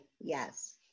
yes